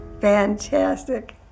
fantastic